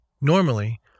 Normally